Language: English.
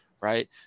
Right